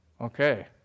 Okay